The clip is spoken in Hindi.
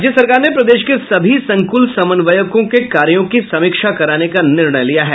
राज्य सरकार ने प्रदेश के सभी संकुल समन्वयकों के कार्यों की समीक्षा कराने का निर्णय लिया है